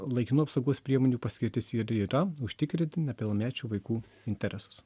laikinų apsaugos priemonių paskirtis ir yra užtikrinti nepilnamečių vaikų interesus